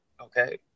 okay